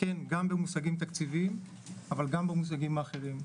גם במושגים תקציביים וגם במושגים האחרים.